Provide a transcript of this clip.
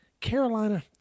Carolina